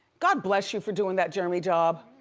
god bless you for doing that germy job.